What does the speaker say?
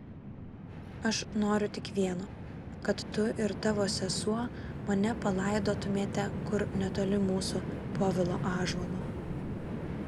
aš noriu tik vieno kad tu ir tavo sesuo mane palaidotumėte kur netoli mūsų povilo ąžuolo